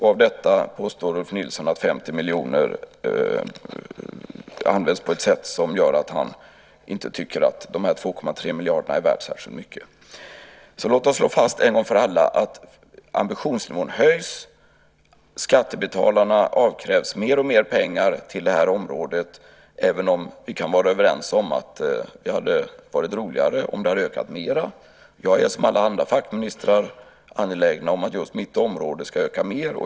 Av detta påstår Ulf Nilsson att 50 miljoner används på ett sätt som gör att han inte tycker att de 2,3 miljarderna är värda särskilt mycket. Låt oss slå fast en gång för alla att ambitionsnivån höjs. Skattebetalarna avkrävs mer och mer pengar till det här området, även om vi kan vara överens om att det hade varit roligare om det hade ökat mer. Jag är, som alla andra fackministrar, angelägen om att just mitt område ska öka mer.